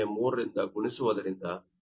03 ರಿಂದ ಗುಣಿಸುವುದರಿಂದ ಪಡೆಯಲಾಗುತ್ತದೆ